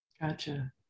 Gotcha